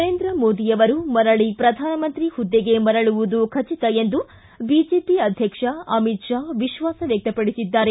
ನರೇಂದ್ರ ಮೋದಿ ಆವರು ಮರಳಿ ಪ್ರಧಾನಮಂತ್ರಿ ಹುದ್ದೆಗೆ ಮರಳುವುದು ಖಚಿತ ಎಂದು ಬಿಜೆಪಿ ಅಧ್ಯಕ್ಷ ಅಮಿತ್ ಪಾ ವಿಶ್ವಾಸ ವ್ಯಕ್ತಪಡಿಸಿದ್ದಾರೆ